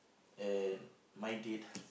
and my date